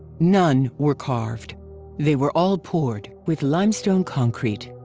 none were carved they were all poured, with limestone concrete